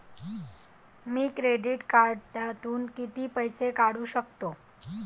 मी credit कार्डातून किती पैसे काढू शकतो?